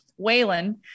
Waylon